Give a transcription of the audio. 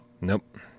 Nope